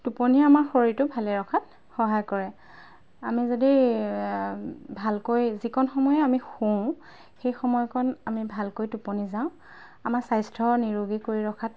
টোপনিয়ে আমাৰ শৰীৰটো ভালে ৰখাত সহায় কৰে আমি যদি ভালকৈ যিকণ সময়েই আমি শুওঁ সেই সময়কণ আমি ভালকৈ টোপনি যাওঁ আমাৰ স্বাস্থ্যৰ নিৰোগী কৰি ৰখাত